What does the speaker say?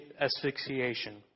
asphyxiation